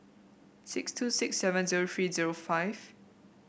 six two six seven zero three zero five